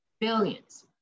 billions